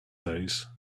days